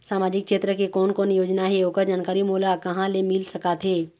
सामाजिक क्षेत्र के कोन कोन योजना हे ओकर जानकारी मोला कहा ले मिल सका थे?